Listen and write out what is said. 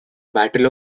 battle